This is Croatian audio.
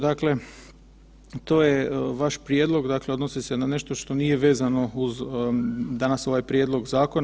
Dakle to je vaš prijedlog dakle odnosi se na nešto što nije vezano uz danas ovaj prijedlog zakona.